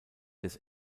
des